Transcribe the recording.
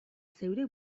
zeure